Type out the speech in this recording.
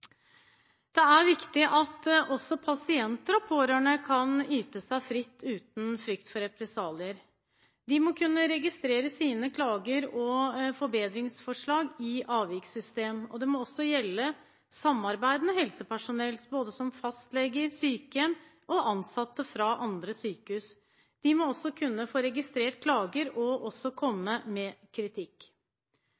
Det er viktig at også pasienter og pårørende kan ytre seg fritt uten frykt for represalier. De må kunne registrere sine klager og forbedringsforslag i et avvikssystem, og det må også gjelde samarbeidende helsepersonell som fastleger, ansatte i sykehjem og ansatte på andre sykehus. De må kunne få registrert klager og også